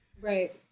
Right